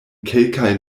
kelkaj